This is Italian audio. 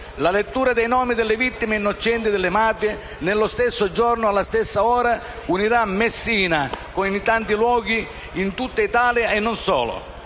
La lettura dei nomi delle vittime innocenti delle mafie, nello stesso giorno e alla stessa ora, unirà Messina con i tanti luoghi in tutta Italia e non solo.